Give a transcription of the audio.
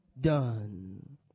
done